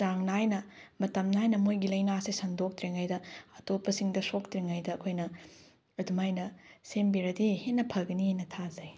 ꯆꯥꯡ ꯅꯥꯏꯅ ꯃꯇꯝ ꯅꯥꯏꯅ ꯃꯣꯏꯒꯤ ꯂꯥꯏꯅꯥꯁꯦ ꯁꯟꯗꯣꯛꯇ꯭ꯔꯤꯉꯩꯗ ꯑꯇꯣꯞꯄꯁꯤꯡꯗ ꯁꯣꯛꯇ꯭ꯔꯤꯉꯩꯗ ꯑꯩꯈꯣꯏꯅ ꯑꯗꯨꯃꯥꯏꯅ ꯁꯦꯝꯕꯤꯔꯗꯤ ꯍꯦꯟꯅ ꯐꯒꯅꯤꯅ ꯊꯥꯖꯩ